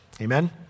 Amen